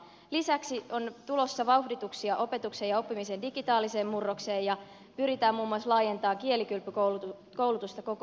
lisäksi on tulossa vauhdituksia opetuksen ja oppimisen digitaaliseen murrokseen ja pyritään muun muassa laajentamaan kielikylpykoulutusta koko suomeen